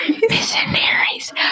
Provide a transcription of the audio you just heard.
missionaries